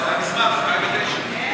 זה היה מזמן, ב-2009.